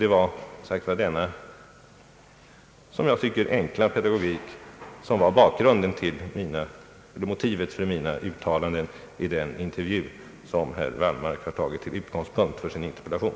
Det var denna som jag tycker enkla pedagogik som var motivet för mina uttalanden i den intervju som herr Wallmark har tagit till utgångspunkt för sin interpellation.